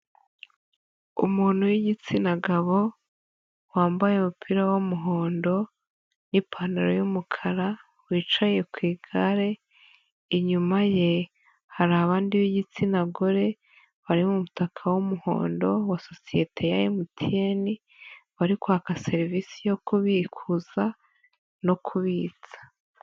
Umuntu w'igitsina gabo wambaye umupira w'umuhondo n'ipantaro y'umukara wicaye ku igare, inyuma ye hari abandi b'igitsina gore bari mu mutaka w'umuhondo wa sosiyete ya Emutiyene, bari kwaka serivisi yo kubikuza no kubitsa.